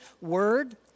word